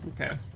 Okay